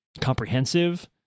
comprehensive